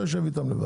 גם אתה תהיה?